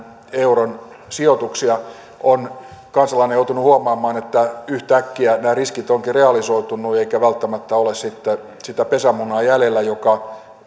euron sijoituksia tehtäessä on kansalainen joutunut huomaamaan että yhtäkkiä nämä riskit ovatkin realisoituneet eikä välttämättä ole sitten sitä pesämunaa jäljellä joka